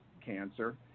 cancer